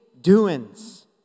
doings